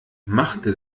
machte